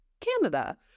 Canada